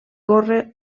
corre